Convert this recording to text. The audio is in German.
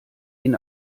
ihn